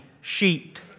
sheet